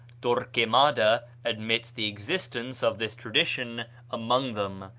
torquemada admits the existence of this tradition among them,